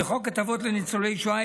וחוק הטבות לניצולי שואה,